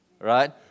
right